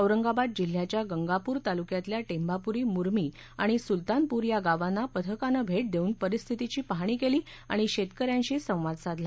औरंगाबाद जिल्ह्याच्या गंगापूर तालुक्यातल्या टॅभापुरी मुरमी आणि सुलतानपूर या गावांना पथकानं भेट देऊन परिस्थितीची पाहणी केली आणि शेतकऱ्यांशी संवाद साधला